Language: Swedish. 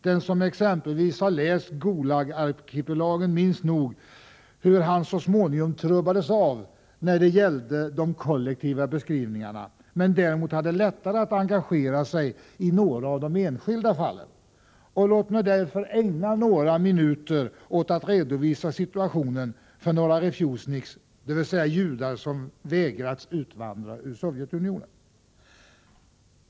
Den som exempelvis har läst Gulagarkipelagen minns nog hur han så småningom trubbades av när det gällde de kollektiva beskrivningarna, men däremot hade lättare att engagera sig i några av de enskilda fallen. Låt mig därför ägna några minuter åt att redovisa situationen för några refusniks, dvs. judar som vägrats utvandra ur Sovjetunionen.